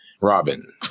Robin